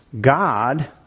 God